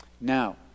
Now